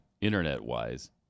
internet-wise